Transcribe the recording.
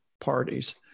parties